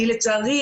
לצערי,